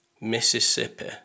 Mississippi